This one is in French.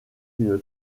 une